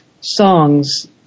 songs